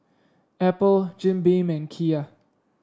Apple Jim Beam and Kia